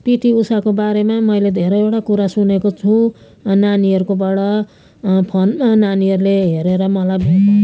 PT उषाको बारेमा मैले धेरैवटा कुरा सुनेको छु नानीहरूकोबाट फोनमा नानीहरूले हेरेर मलाई